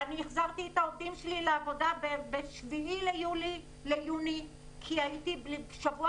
ואני החזרתי את העובדים שלי לעבודה ב-7 ביוני כי שבוע